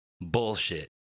bullshit